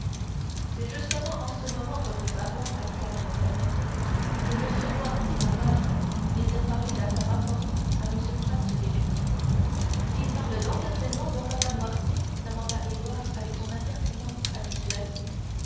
c'est justement en ce moment reprit barrois avec la même fermeté que m noirtier mon maître désire parler d'affaires importantes à m franz d'épinay il parle donc à présent bon papa noirtier demanda édouard avec son impertinence habituelle